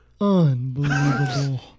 Unbelievable